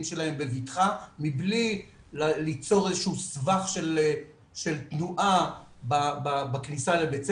שלהם בבטחה מבלי ליצור איזה שהוא סבך של תנועה בכניסה לבית הספר.